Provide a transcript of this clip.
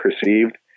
perceived